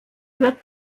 wird